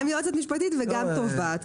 גם יועצת משפטית וגם תובעת.